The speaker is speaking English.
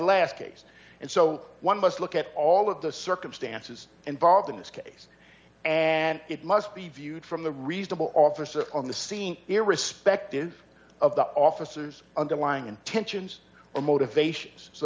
last case and so one must look at all of the circumstances involved in this case and it must be viewed from the reasonable officer on the scene irrespective of the officers underlying intentions or motivations so